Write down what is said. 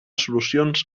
solucions